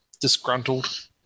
disgruntled